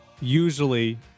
Usually